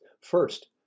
First